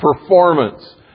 performance